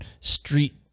street